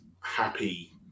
happy